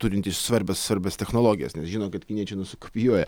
turintis svarbias svarbias technologijas nes žino kad kiniečiai nusikopijuoja